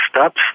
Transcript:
steps